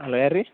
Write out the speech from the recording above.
hello ಯಾರ್ರೀ